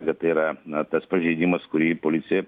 kad tai yra tas pažeidimas kurį policija